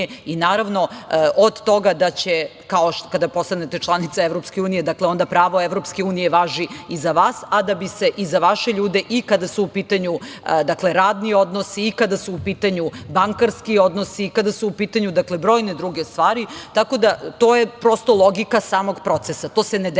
i, naravno, od toga da će, kao kada postanete članica EU, onda pravo EU važi i za vas, a da bi se i za vaše ljude i kada su u pitanju radni odnosi i kada su u pitanju bankarski odnosi, kada su u pitanju brojne druge stvari, tako da je to prosto logika samog procesa. To se ne dešava